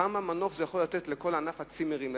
איזה מנוף זה יכול לתת לכל ענף הצימרים,